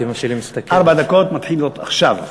ארבע דקות מתחילות עכשיו.